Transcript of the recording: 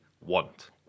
want